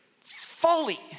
fully